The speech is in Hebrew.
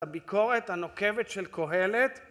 הביקורת הנוקבת של קהלת